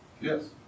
Yes